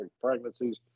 pregnancies